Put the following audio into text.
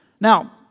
Now